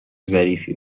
ظریفی